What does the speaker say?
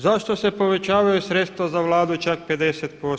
Zašto se povećavaju sredstva za Vladu čak 50%